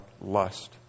lust